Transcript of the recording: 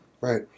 Right